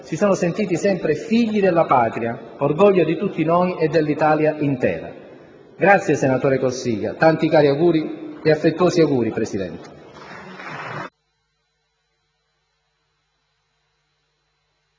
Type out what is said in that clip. si sono sentiti sempre "figli della Patria", orgoglio di tutti noi e dell'Italia intera. Grazie senatore Cossiga. Tanti cari e affettuosi auguri, Presidente!